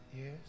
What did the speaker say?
Yes